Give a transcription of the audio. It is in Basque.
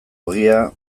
ogia